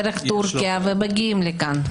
דרך טורקיה והם מגיעים לכאן.